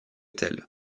telle